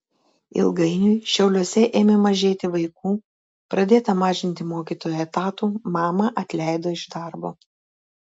ilgainiui šiauliuose ėmė mažėti vaikų pradėta mažinti mokytojų etatų mamą atleido iš darbo